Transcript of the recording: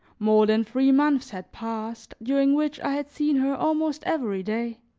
more than three months had passed, during which i had seen her almost every day